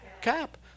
cap